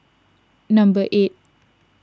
number eight